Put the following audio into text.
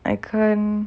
I can't